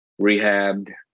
rehabbed